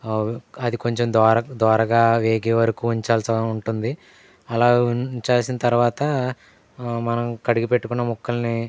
అది కొంచెం దోర దోరగా వేగే వరకు ఉంచాల్సి ఉంటుంది అలా ఉంచేసిన తర్వాత మనం కడిగి పెట్టుకున్న ముక్కల్ని